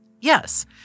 Yes